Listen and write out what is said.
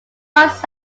must